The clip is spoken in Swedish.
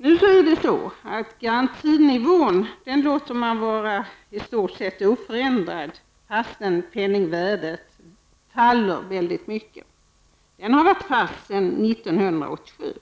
Man låter garantinivån vara i stort sett oförändrad trots att penningvärdet faller mycket. Den har varit fast sedan 1987.